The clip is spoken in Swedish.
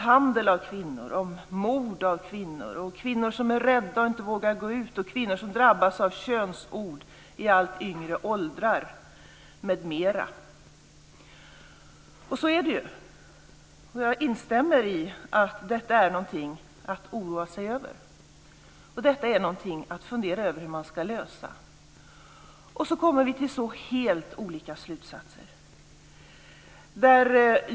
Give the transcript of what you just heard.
Han talar om misshandel av kvinnor, mord, kvinnor som är rädda och inte vågar gå ut, kvinnor som drabbas av könsord i allt yngre åldrar m.m. Jag instämmer i att detta är något att oroa sig över och fundera över hur man ska lösa. Men vi kommer till helt olika slutsatser.